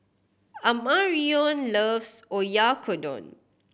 Amarion loves Oyakodon